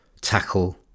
tackle